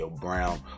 Brown